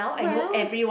well